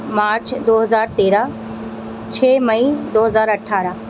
مارچ دو ہزار تیرہ چھ مئی دو ہزار اٹھارہ